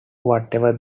whatever